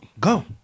go